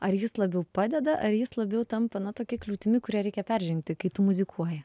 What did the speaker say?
ar jis labiau padeda ar jis labiau tampa na tokia kliūtimi kurią reikia peržengti kai tu muzikuoji